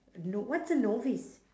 no~ what's a novice